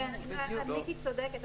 מיקי צודקת.